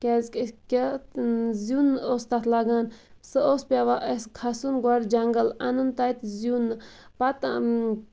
کیازِ اَسہِ کیاہ زیُن اوس تَتھ لگان سُہ اوس پیٚوان اَسہِ کھسُن گۄڈٕ جَنگَل اَنُن تَتہِ زیُن پَتہٕ اَنُن